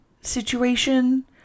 situation